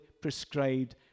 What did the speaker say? prescribed